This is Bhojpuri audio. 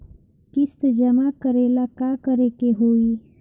किस्त जमा करे ला का करे के होई?